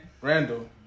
Randall